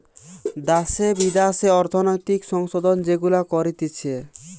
দ্যাশে বিদ্যাশে অর্থনৈতিক সংশোধন যেগুলা করতিছে